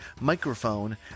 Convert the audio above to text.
microphone